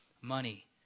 money